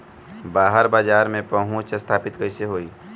बाहर बाजार में पहुंच स्थापित कैसे होई?